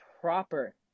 proper